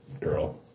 girl